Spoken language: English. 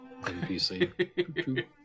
NPC